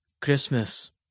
Christmas